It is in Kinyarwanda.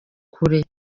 kure